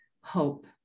hope